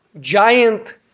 giant